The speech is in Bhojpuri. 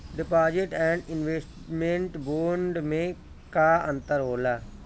डिपॉजिट एण्ड इन्वेस्टमेंट बोंड मे का अंतर होला?